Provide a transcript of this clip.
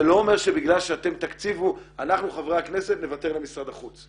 זה לא אומר שבגלל שאתם תקציבו אנחנו חברי הכנסת נוותר למשרד החוץ.